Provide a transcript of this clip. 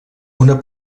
una